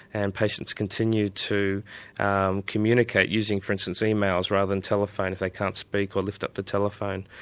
and patients continue to and communicate using, for instance, emails rather than telephone if they can't speak or lift up the telephone.